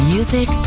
Music